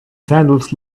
sandals